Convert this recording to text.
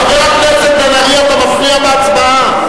חבר הכנסת בן-ארי, אתה מפריע בהצבעה.